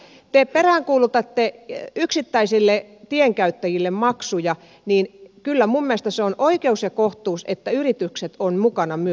kun te peräänkuulutatte yksittäisille tienkäyttäjille maksuja niin kyllä minun mielestäni on oikeus ja kohtuus että yritykset ovat mukana myöskin